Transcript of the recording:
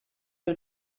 you